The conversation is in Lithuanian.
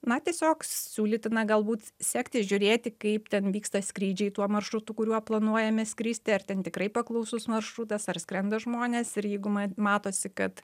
na tiesiog siūlytina galbūt sekti žiūrėti kaip ten vyksta skrydžiai tuo maršrutu kuriuo planuojame skristi ar ten tikrai paklausus maršrutas ar skrenda žmonės ir jeigu matosi kad